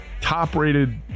top-rated